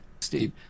steve